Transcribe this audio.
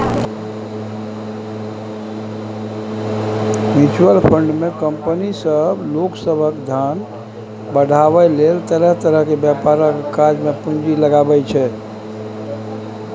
mutual fund केँ company सब लोक सभक धन बढ़ाबै लेल तरह तरह के व्यापारक काज मे पूंजी लगाबै छै